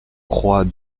croix